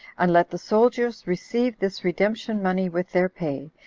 and let the soldiers receive this redemption money with their pay,